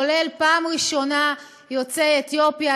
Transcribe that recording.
כולל פעם ראשונה יוצאי אתיופיה.